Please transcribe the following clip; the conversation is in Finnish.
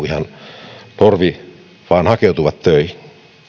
ihan lorvi vaan hakeutuvat töihin